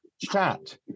chat